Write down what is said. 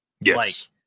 Yes